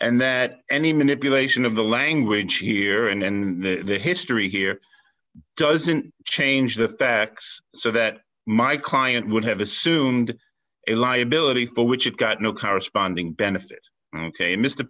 and that any manipulation of the language here and and the history here doesn't change the facts so that my client would have assumed a liability for which it got no corresponding benefit ok mr